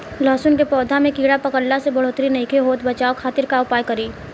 लहसुन के पौधा में कीड़ा पकड़ला से बढ़ोतरी नईखे होत बचाव खातिर का उपाय करी?